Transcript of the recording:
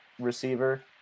receiver